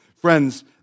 Friends